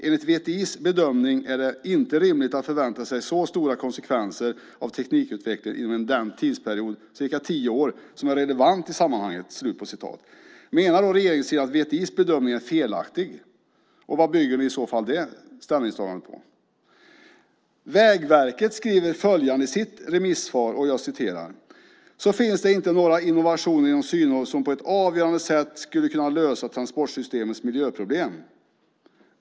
Enligt VTI:s bedömning är det inte rimligt att förvänta sig så stora konsekvenser av teknikutvecklingen inom den tidsperiod, ca 10 år, som är relevant i sammanhanget." Menar regeringssidan att VTI:s bedömning är felaktig? Och vad bygger i så fall det ställningstagandet på? Vägverket skriver följande i sitt remissvar: ". så finns det inte några innovationer inom synhåll som på ett avgörande sätt skulle kunna lösa transportsystemets miljöproblem."